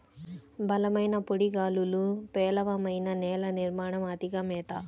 బలమైన పొడి గాలులు, పేలవమైన నేల నిర్మాణం, అతిగా మేత